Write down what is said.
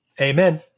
Amen